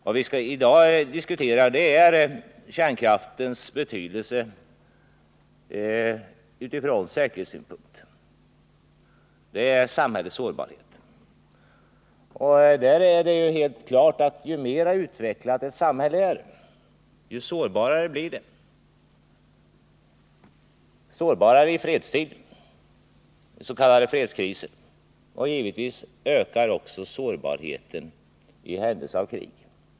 Vad vi i dag skall diskutera är kärnkraftens betydelse från försvarssynpunkt, dvs. samhällets sårbarhet. Det är helt klart att ju mer utvecklat ett samhälle är desto mer sårbart blir det i fredstid, vid s.k. fredskriser och givetvis också i händelse av krig.